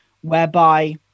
whereby